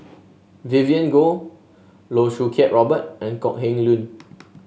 Vivien Goh Loh Choo Kiat Robert and Kok Heng Leun